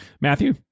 matthew